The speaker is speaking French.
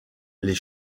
les